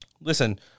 listen